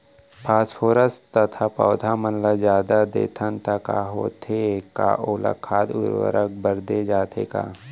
Phosphorus तथा ल पौधा मन ल जादा देथन त का होथे हे, का ओला खाद उर्वरक बर दे जाथे का?